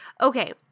Okay